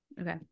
Okay